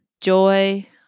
joy